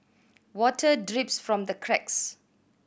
water drips from the cracks